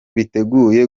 biteguye